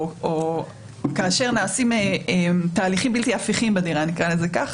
או כאשר נעשים "תהליכים בלתי הפיכים בדירה",